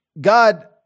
God